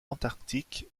antarctique